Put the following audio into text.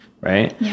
Right